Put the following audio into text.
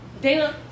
Dana